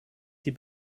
die